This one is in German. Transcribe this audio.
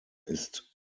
ist